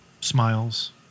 Smiles